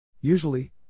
Usually